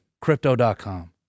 Crypto.com